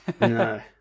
No